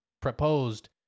proposed